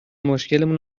مشکلمون